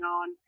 on